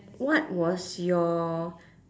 what was your